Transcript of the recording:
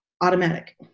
automatic